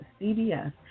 CBS